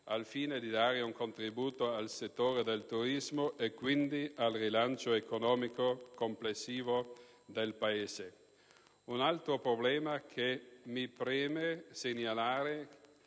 al fine di dare un contributo al settore del turismo e quindi al rilancio economico complessivo del Paese. Un altro problema che mi preme segnalare